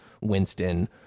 Winston